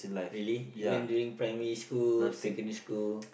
really even during primary school secondary school